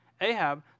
Ahab